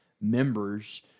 members